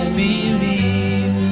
believe